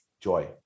Joy